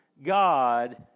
God